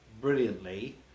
brilliantly